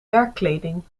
werkkleding